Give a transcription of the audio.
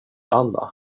alla